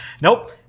nope